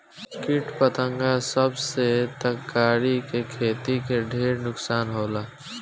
किट पतंगा सब से तरकारी के खेती के ढेर नुकसान होला